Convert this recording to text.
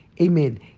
Amen